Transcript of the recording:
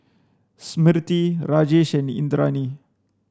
Smriti Rajesh and Indranee